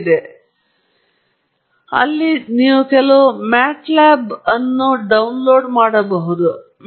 ಇದು ಆಯವ್ಯಯದ ಸಮಯದಲ್ಲಿ ನಿಯತಕಾಲಿಕಗಳ ಪತ್ತೆಹಚ್ಚುವಿಕೆಯಲ್ಲಿ ಮತ್ತು ಅದಕ್ಕಿಂತ ಆದ್ದರಿಂದ ಈ ಪದಗಳ ಮೂಲಕ ನಾನು ಈ ಉಪನ್ಯಾಸವನ್ನು ಮುಚ್ಚಲು ಬಯಸುತ್ತೇನೆ ಮತ್ತು ಇಲ್ಲಿ ಕೆಲವು ಉಲ್ಲೇಖಗಳಿವೆ